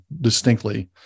distinctly